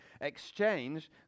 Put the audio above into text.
exchange